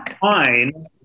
fine